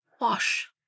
wash